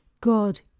God